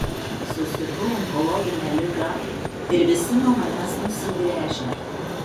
susirgau onkologine liga ir visi nuo manęs nusigręžė